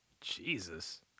Jesus